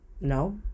No